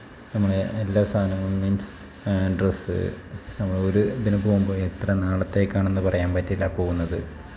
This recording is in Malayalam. നമ്മുടെ എല്ലാ സാധനങ്ങളും മീൻസ് ഡ്രസ്സ് നമ്മൾ ഒരു ഇതിന് പോവുമ്പോൾ എത്ര നാളത്തേക്കാണെന്ന് പറയാൻ പറ്റില്ല പോവുന്നത്